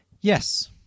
yes